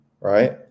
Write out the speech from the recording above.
right